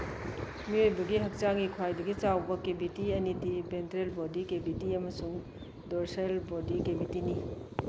ꯃꯤꯑꯣꯏꯕꯒꯤ ꯍꯛꯆꯥꯡꯒꯤ ꯈ꯭ꯋꯥꯏꯗꯒꯤ ꯆꯥꯎꯕ ꯀꯦꯕꯤꯇꯤ ꯑꯅꯤꯗꯤ ꯚꯦꯟꯇ꯭ꯔꯦꯜ ꯕꯣꯗꯤ ꯀꯦꯕꯤꯇꯤ ꯑꯃꯁꯨꯡ ꯗꯣꯔꯁꯦꯜ ꯕꯣꯗꯤ ꯀꯦꯕꯤꯇꯤꯅꯤ